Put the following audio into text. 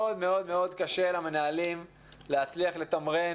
מאוד מאוד קשה למנהלים להצליח לתמרן